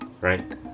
right